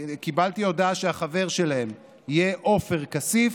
קיבלתי הודעה שהחבר שלהם יהיה עופר כסיף,